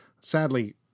sadly